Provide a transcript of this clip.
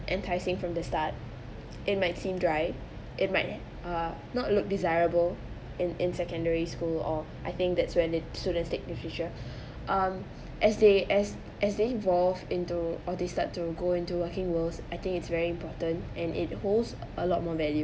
enticing from the start it might seem dry it might uh not look desirable in in secondary school or I think that's when the students take literature um as they as as they involved into or they start to go into working worlds I think it's very important and it holds a lot more value